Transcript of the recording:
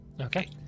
Okay